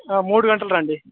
మూడు గంటలకి రండి